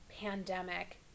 pandemic